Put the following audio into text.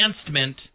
advancement